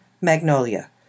Magnolia